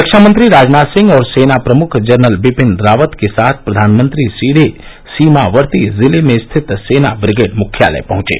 रक्षामंत्री राजनाथ सिंह और सेना प्रमुख जनरल बिपिन रावत के साथ प्रधानमंत्री सीधे सीमावर्ती जिले में स्थित सेना ब्रिगेड मुख्यालय पहचे